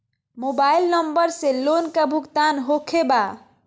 Mobile number से loan का भुगतान होखे बा?